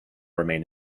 remain